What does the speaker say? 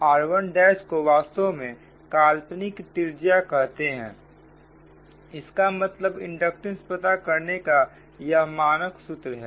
r1 को वास्तव में काल्पनिक त्रिज्या कहते हैं इसका मतलब इंडक्टेंस पता करने का यह मानक सूत्र है